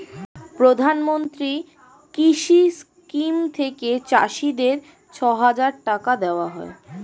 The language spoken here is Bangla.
প্রধানমন্ত্রী কৃষি স্কিম থেকে চাষীদের ছয় হাজার টাকা দেওয়া হয়